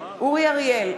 אורי אריאל,